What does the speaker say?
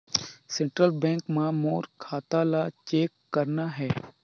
Central bank मां मोर खाता ला चेक करना हे?